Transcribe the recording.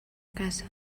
caça